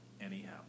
anyhow